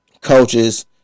coaches